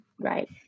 Right